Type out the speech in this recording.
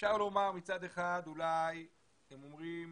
אפשר לומר מצד אחד אולי הם אומרים